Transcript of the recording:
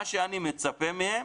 מה שאני מצפה מהם,